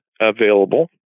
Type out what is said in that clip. available